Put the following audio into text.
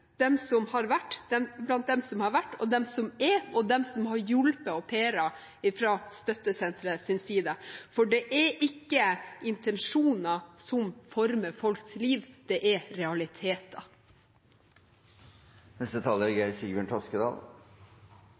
blant dem som har vært, blant dem som er, og blant dem som har hjulpet au pairer fra støttesenterets side. For det er ikke intensjoner som former folks liv, det er realiteter. Noe av det som er